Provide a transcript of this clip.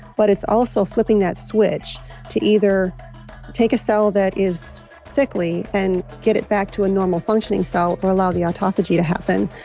but it's also flipping that switch to either take a cell that is sickly and get it back to a normal functioning cell or allow the autophagy to happen.